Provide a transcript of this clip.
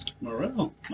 Morel